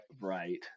right